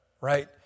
right